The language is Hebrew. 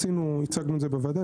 הצגנו את זה בוועדה.